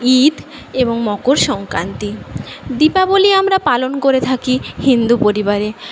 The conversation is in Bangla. ঈদ এবং মকর সংক্রান্তি দীপাবলি আমরা পালন করে থাকি হিন্দু পরিবারে